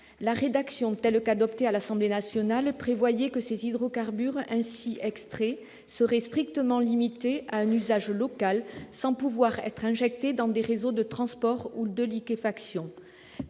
La rédaction adoptée à l'Assemblée nationale prévoyait que les hydrocarbures ainsi extraits seraient strictement limités à un usage local, sans pouvoir être injectés dans des réseaux de transport ou de liquéfaction.